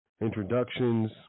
introductions